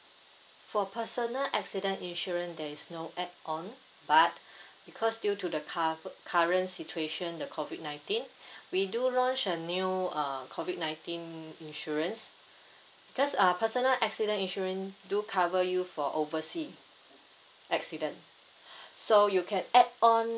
for personal accident insurance there is no add on but because due to the cur~ current situation the COVID nineteen we do launch a new uh COVID nineteen insurance because uh personal accident insurance do cover you for oversea accident so you can add on